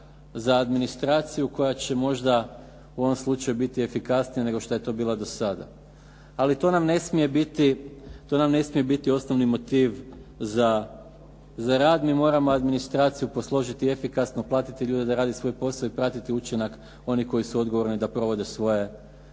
za administraciju koja će možda u ovom slučaju biti efikasnija nego što je to bila do sada. Ali to nam ne smije biti osnovni motiv za rad. Mi moramo administraciju posložiti efikasno, platiti ljude da rade svoj posao i pratiti učinak onih koji su odgovorni da provode svoje